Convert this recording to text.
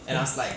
ya